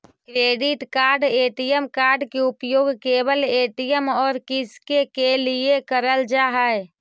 Credit card ATM card के उपयोग केवल ए.टी.एम और किसके के लिए करल जा है?